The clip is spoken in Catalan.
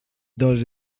dos